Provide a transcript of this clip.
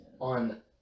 on